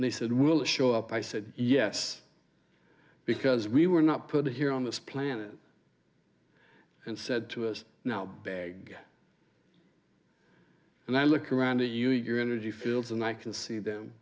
and they said we'll show up i said yes because we were not put here on this planet and said to us now bag and i look around to you your energy fields and i can see them